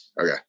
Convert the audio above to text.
okay